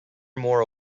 more